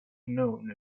known